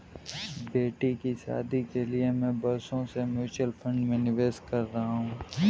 बेटी की शादी के लिए मैं बरसों से म्यूचुअल फंड में निवेश कर रहा हूं